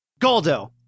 Goldo